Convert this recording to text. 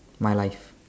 my life